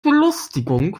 belustigung